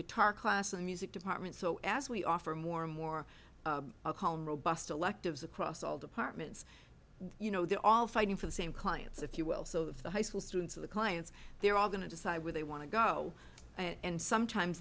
guitar class a music department so as we offer more and more robust electives across all departments you know they're all fighting for the same clients if you will so that the high school students of the clients they're all going to decide where they want to go and sometimes